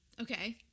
okay